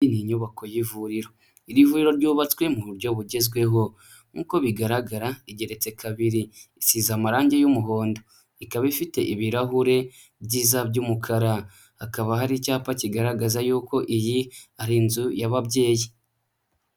Inyubako y'ivuriro, iri vuriro ryubatswe mu buryo bugezweho, nk'uko bigaragara igeretse kabiri, isize amarangi y'umuhondo, ikaba ifite ibirahure byiza by'umukara, hakaba hari icyapa kigaragaza y'uko iyi ari inzu y'ababyeyi.